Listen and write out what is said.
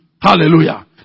Hallelujah